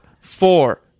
four